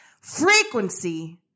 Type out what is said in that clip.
frequency